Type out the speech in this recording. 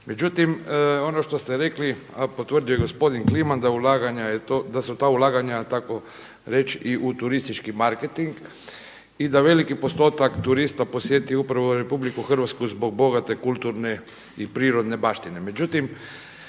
Međutim, ono što ste rekli a potvrdio je gospodin Kliman da su ta ulaganja tako reći i u turistički marketing i da veliki postotak turista posjeti upravo RH zbog bogate kulturne i prirodne baštine.